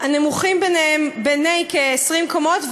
הנמוכים בהם בני כ-20 קומות,